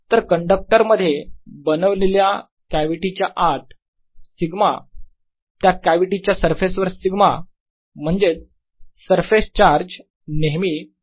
तर कंडक्टर मध्ये बनवलेल्या कॅव्हिटीच्या आत सिग्मा त्या कॅव्हिटीच्या सरफेसवर सिग्मा म्हणजेच सरफेस चार्ज नेहमी 0 असतो